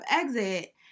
exit